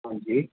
हां जी